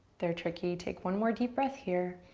they're tricky, take one more deep breath here.